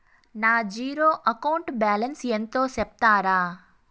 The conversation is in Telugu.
నా జీరో అకౌంట్ బ్యాలెన్స్ ఎంతో సెప్తారా?